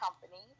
company